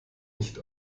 nicht